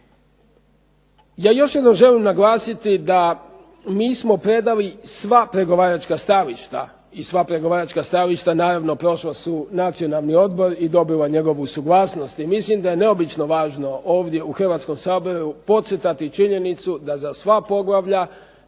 Ja još jednom želim naglasiti da mi smo predali sva pregovaračka stajališta i sva pregovaračka stajališta naravno prošla su Nacionalni odbor i dobila njegovu suglasnost i mislim da je neobično važno ovdje u Hrvatskom saboru podcrtati činjenicu da za sva poglavlja